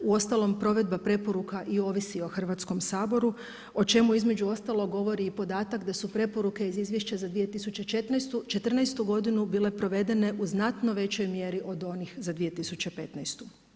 Uostalom provedba preporuka i ovisi o Hrvatskom saboru, o čemu između ostalog govori i podatak da su preporuke iz izvješća za 2014. g. bile provedene u znatno većoj mjeri od onih za 2015.